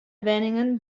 wenningen